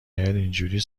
حیاطاینجوری